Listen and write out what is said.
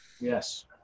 Yes